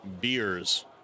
beers